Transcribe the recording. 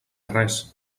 res